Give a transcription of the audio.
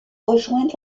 rejoindre